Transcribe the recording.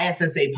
ISSA